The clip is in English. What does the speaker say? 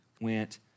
went